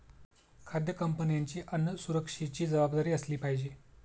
खाद्य कंपन्यांची अन्न सुरक्षेची जबाबदारी असली पाहिजे